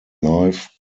life